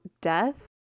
death